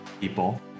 people